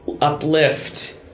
uplift